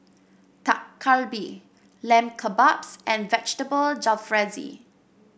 Dak Galbi Lamb Kebabs and Vegetable Jalfrezi